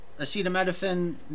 acetaminophen